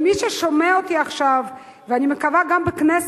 מי ששומע אותי עכשיו, ואני מקווה שגם בכנסת,